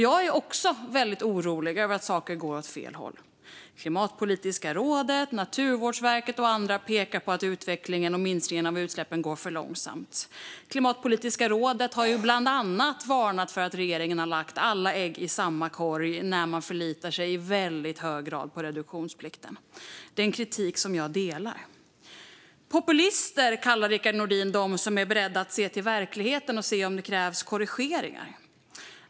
Jag är också väldigt orolig över att saker går åt fel håll. Klimatpolitiska rådet, Naturvårdsverket och andra pekar på att utvecklingen och minskningen av utsläppen går för långsamt. Klimatpolitiska rådet har bland annat varnat för att regeringen lägger alla ägg i samma korg när den i så väldigt hög grad förlitar sig på reduktionsplikten. Det är en kritik som jag delar. Populister kallar Rickard Nordin dem som är beredda att se till verkligheten och se om det krävs korrigeringar.